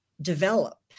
develop